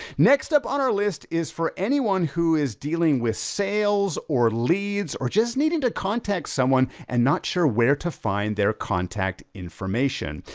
next up on our list is for anyone who is dealing with sales, or leads, or just needed to contact someone and not sure where to find their contact information.